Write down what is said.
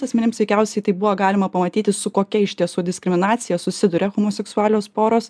asmenims veikiausiai tai buvo galima pamatyti su kokia iš tiesų diskriminacija susiduria homoseksualios poros